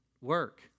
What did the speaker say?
work